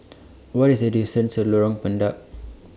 What IS The distance to Lorong Pendek